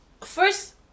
first